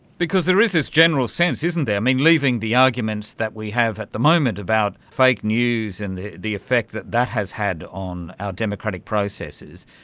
because there is this general sense, isn't there, i mean, leaving the arguments that we have at the moment about fake news and the the effect that that has had on our democratic processes,